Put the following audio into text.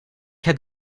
heb